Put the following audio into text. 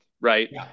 Right